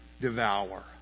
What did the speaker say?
devour